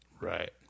Right